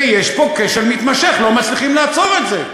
ויש פה כשל מתמשך, לא מצליחים לעצור את זה.